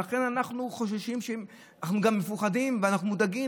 ולכן אנחנו מפחדים ואנחנו מודאגים,